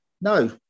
No